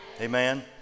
amen